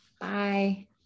Bye